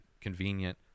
convenient